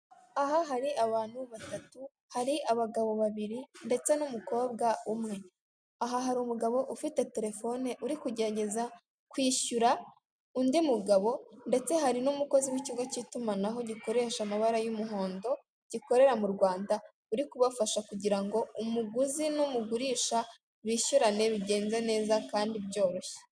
Aha hari abantu batatu, hari abagabo babiri ndetse n'umukobwa umwe, aha hari umugabo ufite Telefone uri kugerageza kwishyura undi mugabo, ndetse hari n'umukozi w'ikigo cy'itumanaho gikoresha amabara y'umuhondo gikorera mu Rwanda uri kubafasha, kugira ngo umuguzi n'umugurisha bishyurane bigende neza kandi byoroshye.